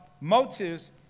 motives